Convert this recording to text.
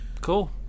Cool